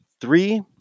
Three